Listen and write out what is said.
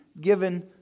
given